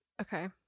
okay